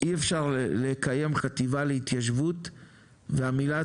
אי אפשר לקיים חטיבה להתיישבות והמילה